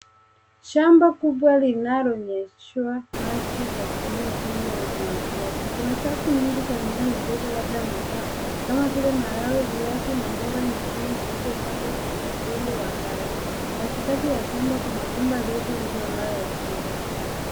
Shamba kubwa linalonyeshwa maji kwa kutumia mfumo wa umwagiliaji kuna safu nyingi za mimmea mdogo labda mazao kama vile maharagwe, viazi na mboga nyingine zilizopandwa kwenye udongo wa kahawia katikati ya shamba kuna pima refu iliyolala chini.